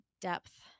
depth